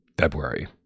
February